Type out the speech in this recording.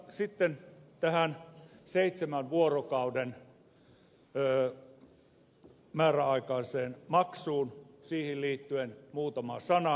sitten tähän seitsemän vuorokauden määräaikaiseen maksuun liittyen muutama sana